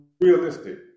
realistic